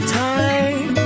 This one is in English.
time